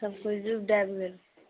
सभकुछ डुबि डाबि गेलै